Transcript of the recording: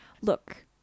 Look